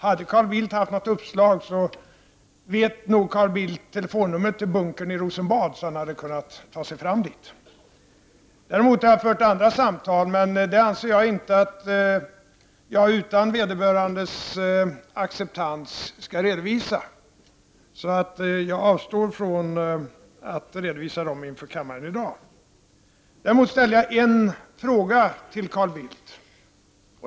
Hade Carl Bildt haft något uppslag, så känner han nog till telefonnumret till bunkern i Rosenbad så att han hade kunnat ta denna kontakt. Däremot har jag fört andra samtal, men jag anser inte att jag utan vederbörandes acceptans skall redovisa med vilka. Jag avstår därför från att redovisa dem inför kammaren i dag. Jag ställde en fråga till Carl Bildt.